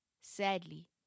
Sadly